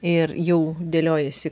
ir jau dėliojasi